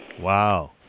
Wow